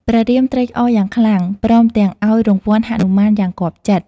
ព្រះរាមត្រេកអរយ៉ាងខ្លាំង ព្រមទាំងឱ្យរង្វាន់ហនុមានយ៉ាងគាប់ចិត្ត។